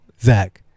zach